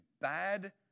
bad